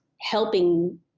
helping